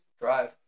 drive